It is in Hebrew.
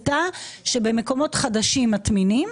הייתה שבמקומות חדשים מטמינים.